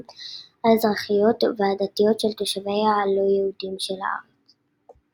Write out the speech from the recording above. האזרחיות והדתיות של תושביה הלא-יהודים של הארץ.